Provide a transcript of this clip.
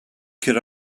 could